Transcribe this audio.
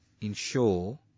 ensure